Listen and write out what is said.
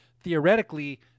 theoretically